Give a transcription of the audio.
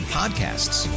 podcasts